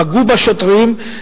פגעו בשוטרים,